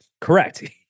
Correct